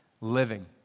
living